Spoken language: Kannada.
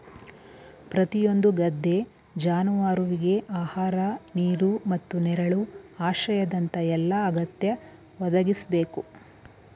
ಪ್ರತಿಯೊಂದು ಗದ್ದೆ ಜಾನುವಾರುವಿಗೆ ಆಹಾರ ನೀರು ಮತ್ತು ನೆರಳು ಆಶ್ರಯದಂತ ಎಲ್ಲಾ ಅಗತ್ಯ ಒದಗಿಸ್ಬೇಕು